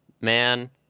Man